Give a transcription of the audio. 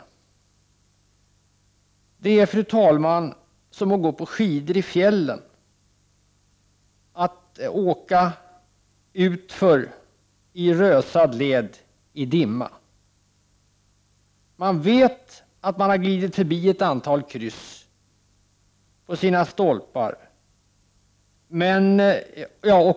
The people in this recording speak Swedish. Det är, fru talman, som att gå på skidor i fjällen, att åka utför i rösad led i dimma. Man vet att man har glidit förbi ett antal kryss och stolpar.